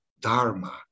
Dharma